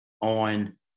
on